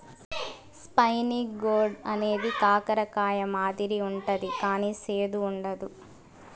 spiny gourd అనేది కాకర కాయ మాదిరి ఉంటది కానీ సేదు ఉండదు